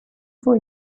for